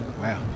Wow